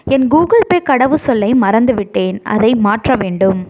என் Google Pay கடவுச்சொல்லை மறந்துவிட்டேன் அதை மாற்ற வேண்டும்